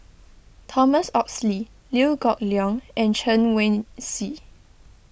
Thomas Oxley Liew Geok Leong and Chen Wen Hsi